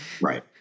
Right